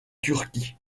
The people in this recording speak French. turquie